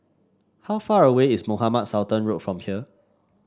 how far away is Mohamed Sultan Road from here